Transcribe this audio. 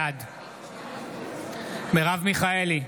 בעד מרב מיכאלי,